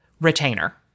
retainer